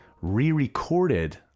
re-recorded